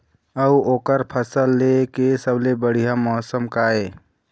अऊ ओकर फसल लेय के सबसे बढ़िया मौसम का ये?